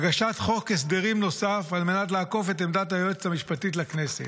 הגשת חוק הסדרים נוסף על מנת לעקוף את עמדת היועצת המשפטית לכנסת.